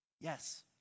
yes